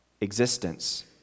existence